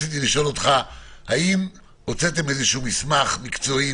האם הוצאתם איזשהו מסמך מקצועי,